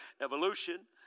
evolution